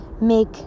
make